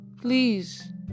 please